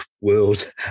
world